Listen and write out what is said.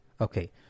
Okay